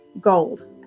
gold